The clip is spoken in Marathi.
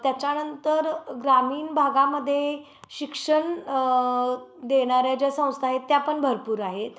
त्याच्यानंतर ग्रामीन भागामध्ये शिक्षण देणाऱ्या ज्या संस्था आहेत त्या पण भरपूर आहेत